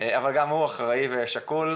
אבל גם הוא אחראי ושקול.